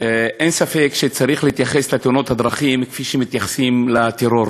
אין ספק שצריך להתייחס לתאונות הדרכים כפי שמתייחסים לטרור.